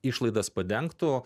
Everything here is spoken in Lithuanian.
išlaidas padengtų